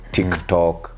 TikTok